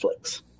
Netflix